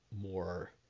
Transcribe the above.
more